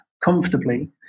comfortably